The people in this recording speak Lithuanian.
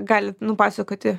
galit nupasakoti